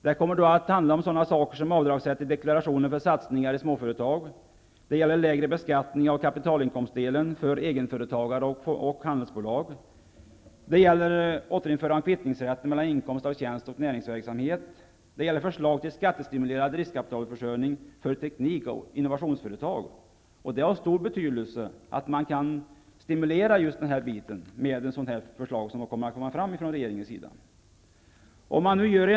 Det kommer då att handla om sådana saker som avdragsrätt i deklarationen för satsningar i småföretag och lägre beskattning av kapitalinkomstdelen för egenföretagare och handelsbolag. Det gäller återinförande av kvittningsrätten mellan inkomst av tjänst och näringsverksamhet. Det gäller förslag till skattestimulerad riskkapitalförsörjning för teknikoch innovationsföretag. Det är av stor betydelse att man kan stimulera just detta område med de förslag som regeringen kommer att lägga fram.